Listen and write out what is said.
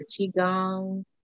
qigong